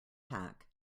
pack